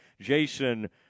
Jason